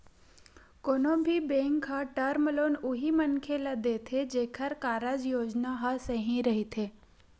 कोनो भी बेंक ह टर्म लोन उही मनखे ल देथे जेखर कारज योजना ह सही रहिथे